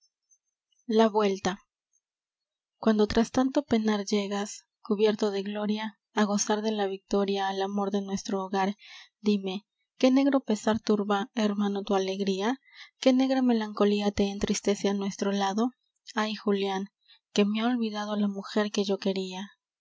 la vuelta cuando tras tanto penar llegas cubierto de gloria á gozar de la victoria al amor de nuestro hogar dime qué negro pesar turba hermano tu alegría qué negra melancolía te entristece á nuestro lado ay julián que me ha olvidado la mujer que yo quería